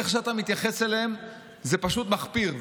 איך שאתה מתייחס אליהם זה פשוט מחפיר.